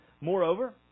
Moreover